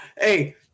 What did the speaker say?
Hey